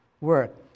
work